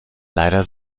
leider